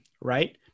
right